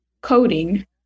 coding